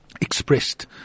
Expressed